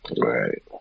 Right